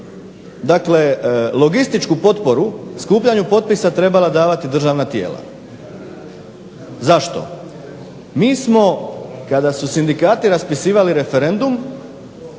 dakle logističku potporu skupljanju potpisa trebala davati državna tijela. Zašto? Mi smo, kada su sindikati raspisivali referendum,